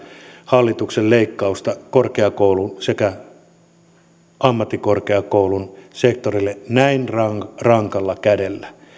hallituksen leikkausta korkeakoulun sekä ammattikorkeakoulun sektoreille näin rankalla kädellä